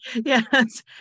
Yes